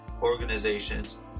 organizations